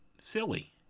silly